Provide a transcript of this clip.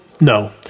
No